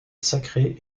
sacré